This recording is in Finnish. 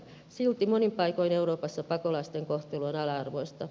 silti monin paikoin euroopassa pakolaisten kohtelu on ala arvoista